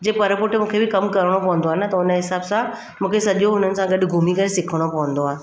जे परे पुठु मूंखे बि कमु करिणो पवंदो आहे न त हुन जे हिसाब सां मूंखे सॼो हुननि सां गॾु घुमी करे सिखिणो पवंदो आहे